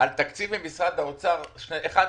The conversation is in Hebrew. תקציב משרד האוצר זה נכון.